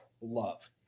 love